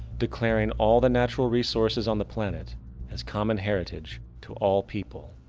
declaring all the natural resources on the planet as common heritage to all people,